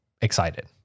excited